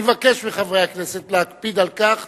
אני מבקש מחברי הכנסת להקפיד על כך